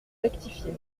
rectifié